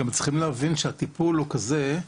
גם צריכים להבין שהטיפול הוא כזה,